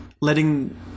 letting